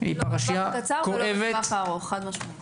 חבר הכנסת אלקין הבהיר זאת בצורה ברורה